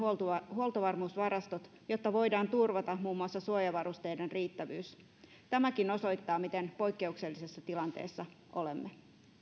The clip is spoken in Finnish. huoltovarmuusvarastot jotta voidaan turvata muun muassa suojavarusteiden riittävyys tämäkin osoittaa miten poikkeuksellisessa tilanteessa olemme